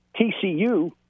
TCU